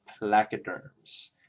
placoderms